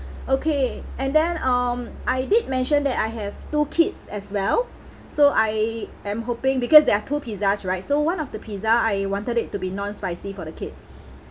okay and then um I did mention that I have two kids as well so I am hoping because there are two pizzas right so one of the pizza I wanted it to be non spicy for the kids